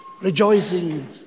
rejoicing